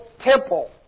temple